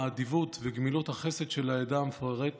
האדיבות וגמילות החסד של העדה המפוארת